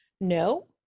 No